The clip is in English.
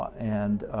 and